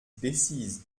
decize